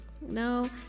No